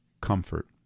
comfort